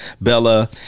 Bella